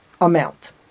amount